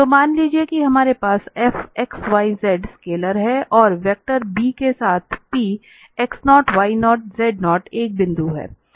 तो मान लीजिए कि हमारे पास fxyz स्केलर है और वेक्टर b के साथ Px0 y0 z0 एक बिंदु है